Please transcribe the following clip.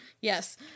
yes